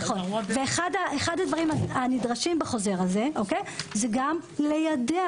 אחד הדברים הנדרשים בחוזר הזה הוא גם ליידע